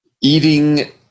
Eating